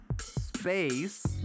space